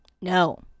No